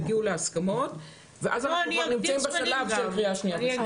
תגיעו להסכמות ואז אנחנו כבר נמצאים בשלב של קריאה שנייה ושלישית.